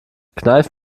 kneif